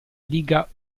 liga